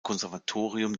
konservatorium